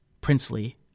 princely